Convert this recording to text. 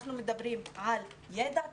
אנחנו מדברים על ידע פוליטי,